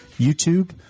YouTube